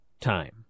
time